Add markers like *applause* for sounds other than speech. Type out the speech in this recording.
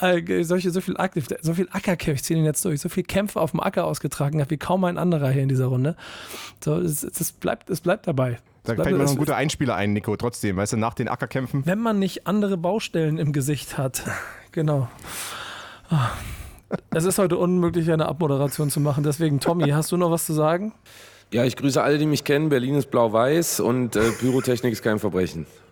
Äh, solche- so viel Aktiv- so viel Ackerkämpfe. Ich ziehe ihn jetzt durch. So viel Kämpfe auf dem Acker ausgetragen hat wie kaum ein anderer hier in dieser Runde. So, es- es bleibt- es bleibt dabei. Da Es bleibt- fällt mir noch es- ein guter Einspieler ein, Nico, trotzdem, weißt du, nach den Ackerkämpfen. Wenn man nicht andere Baustellen im Gesicht hat. *laughs* Genau. *laughs* Ah. Es ist heute unmöglich, eine Abmoderation zu machen. Deswegen, *laughs* Tommy, hast du noch was zu sagen? Ja, ich grüße alle, die mich kennen. Berlin ist blau-weiß und, äh, *laughs* Pyrotechnik ist kein Verbrechen.